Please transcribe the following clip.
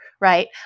right